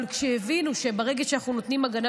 אבל כשהבינו שברגע שאנחנו נותנים הגנה